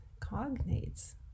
cognates